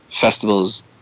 festivals